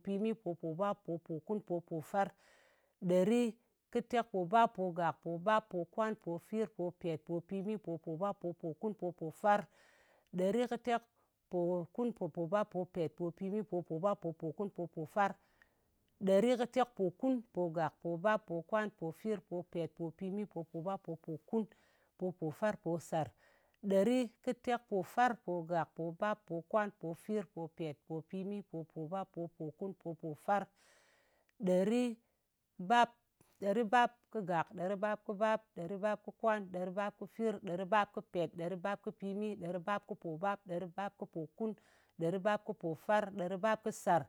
Popimi, popòbap, popòkun, popòfar, ɗerikɨtekpòbappogak, pobap, pokwan, pofir, popèt, popimi, popòbap, popòkun, popòfar, ɗerikɨtekpokunpopòbap, popèt, popimi, popobap, popokun, popofar, ɗerkɨtekpokun, pogak, pobap, pokwan, pofir, popet, popimi, popobap, popokun, popofar, posar. Ɗerikɨtekpor, pogak, pobap, pokwan, pofir, popet, popimi, popobap, popokun, popofar. Ɗeribap, ɗeribapkɨgak, ɗeribapkɨbap, ɗeribapkɨkwan, ɗeribapkɨfir, ɗeribapkɨpèt, ɗeribapkɨpimi, ɗeribapkɨpobap, ɗeribapkɨpokun, ɗeribapkɨpofar, ɗeribapkɨsar,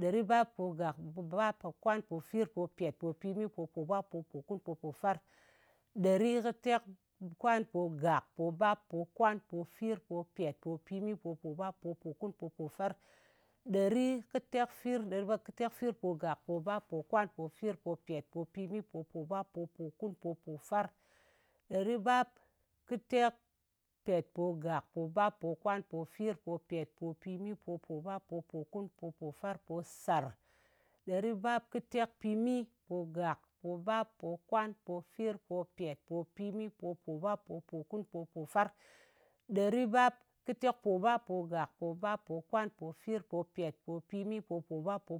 ɗeribapogak, pobap, pokwan, pofir, popet, popimi, popobap, popokun, popofar, ɗerikɨtekkwanpogak, pobap, pokwan, pofir, popet, popimi, popobap, popokun, popofar, ɗerikɨtekfir, ɗeri kɨtekfirpogak, pobap, pokwan, pofir, popet, popimi, popobap, popokun, popofar. Ɗeribapkɨtekpetpogak, pobap, pokwan, pofir, popet, popimi, popobap, popokun, popofar, posar, ɗeribapkɨtekpimipogak, pobap, pokwan, pofir, popet, popimi, popobap, popokun, popofar, ɗeribapkɨtekpobap-pogak, pobap, pokwan, pofir, popet, popimi, popobap,